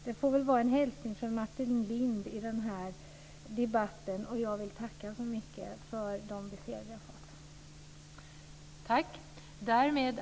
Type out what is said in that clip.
Det får bli en hälsning från Martin Lind i den här debatten. Jag vill tacka så mycket för de besked som jag har fått.